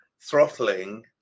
throttling